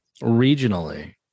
regionally